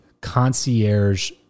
concierge